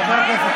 חברי הכנסת.